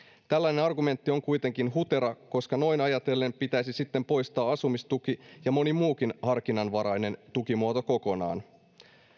tällainen argumentti on kuitenkin hutera koska noin ajatellen pitäisi sitten poistaa asumistuki ja moni muukin harkinnanvarainen tukimuoto kokonaan